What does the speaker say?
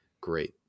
great